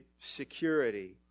security